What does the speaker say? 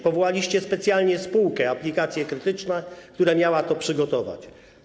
Powołaliście specjalnie spółkę Aplikacje Krytyczne, która miała to przygotować.